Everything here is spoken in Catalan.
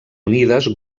unides